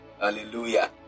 hallelujah